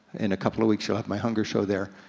in a couple of weeks you'll have my hunger show there.